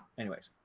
anyways,